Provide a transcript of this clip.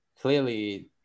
clearly